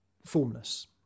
formless